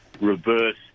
reverse